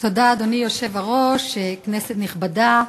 אדוני היושב-ראש, תודה,